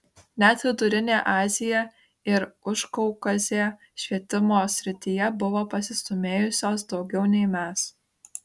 net vidurinė azija ir užkaukazė švietimo srityje buvo pasistūmėjusios daugiau nei mes